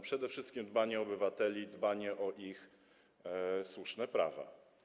Przede wszystkim dbanie o obywateli, dbanie o ich słuszne prawa.